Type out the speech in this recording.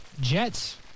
Jets